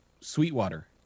Sweetwater